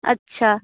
अच्छा